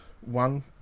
one